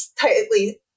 tightly